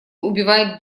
убивает